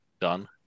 done